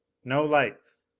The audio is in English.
no lights.